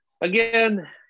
again